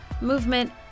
movement